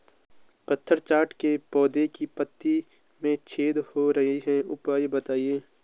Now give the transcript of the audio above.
पत्थर चट्टा के पौधें की पत्तियों में छेद हो रहे हैं उपाय बताएं?